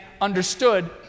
understood